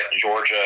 Georgia